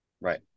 right